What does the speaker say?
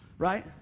Right